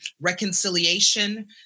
reconciliation